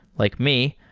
like me,